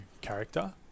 character